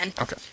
Okay